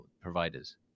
providers